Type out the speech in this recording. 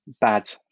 bad